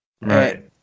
Right